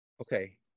Okay